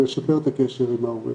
לשפר את הקשר עם ההורה.